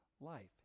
life